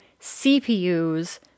CPUs